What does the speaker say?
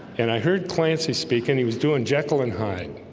and i heard clancy speak and he was doing jekyll and hyde